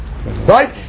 Right